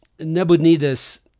Nebuchadnezzar